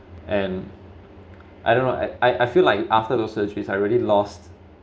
and I don't know I I feel like after those surgeries I really lost